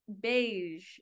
beige